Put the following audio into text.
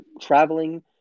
traveling